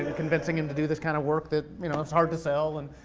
ah convincing him to do this kind of work, that you know, it's hard to sell. and